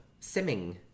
simming